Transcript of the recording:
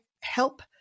help